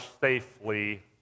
safely